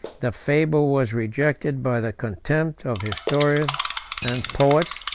the fable was rejected by the contempt of historians and poets,